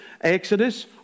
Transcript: Exodus